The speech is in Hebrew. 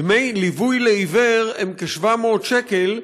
דמי ליווי לעיוור הם כ-700 שקל,